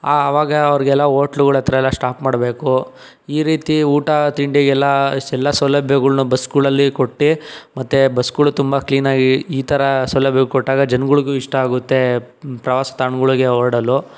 ಆವಾಗ ಅವ್ರಿಗೆಲ್ಲಾ ಹೋಟ್ಲುಗಳ ಹತ್ರ ಎಲ್ಲ ಸ್ಟಾಪ್ ಮಾಡಬೇಕು ಈ ರೀತಿ ಊಟ ತಿಂಡಿಗೆಲ್ಲ ಎಲ್ಲ ಸೌಲಭ್ಯಗಳನ್ನು ಬಸ್ಗಳಲ್ಲಿ ಕೊಟ್ಟು ಮತ್ತು ಬಸ್ಗಳು ತುಂಬ ಕ್ಲೀನಾಗಿ ಈ ಥರ ಸೌಲಭ್ಯ ಕೊಟ್ಟಾಗ ಜನಗಳಿಗೂ ಇಷ್ಟ ಆಗುತ್ತೆ ಪ್ರವಾಸಿ ತಾಣಗಳಿಗೆ ಹೊರಡಲು